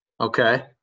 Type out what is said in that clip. Okay